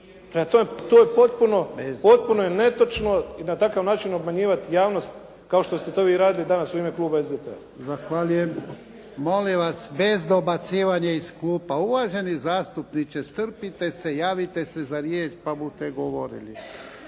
tome, potpuno je netočno i na takav način obmanjivati javnost kao što ste to vi radili u ime kluba SDP-a. **Jarnjak, Ivan (HDZ)** Zahvaljujem. Molim vas bez dobacivanja iz klupa. Uvaženi zastupniče, strpite se, javite se za riječ, pa bute govorili.